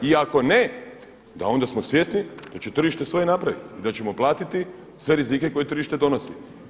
I ako ne, da onda smo svjesni da će tržište svoje napraviti i da ćemo platiti sve rizike koje tržište donosi.